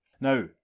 Now